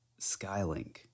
Skylink